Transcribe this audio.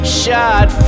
shot